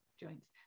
joints